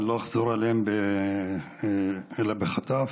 ואני לא אחזור עליהם אלא בחטף: